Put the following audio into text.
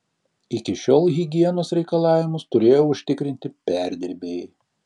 iki šiol higienos reikalavimus turėjo užtikrinti perdirbėjai